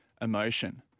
Emotion